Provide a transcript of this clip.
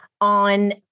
on